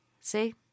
See